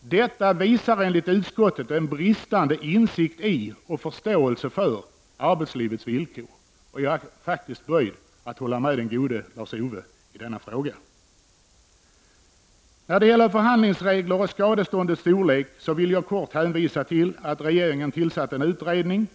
”Detta visar enligt utskottet en bristande insikt i och förståelse för arbetslivets villkor.” Jag är böjd att hålla med den gode Lars-Ove i denna fråga. När det gäller förhandlingsregler och skadeståndets storlek, så vill jag kort hänvisa till att regeringen tillsatt en utredning.